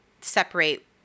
separate